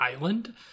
island